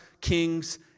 kings